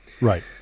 Right